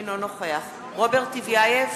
אינו נוכח רוברט טיבייב,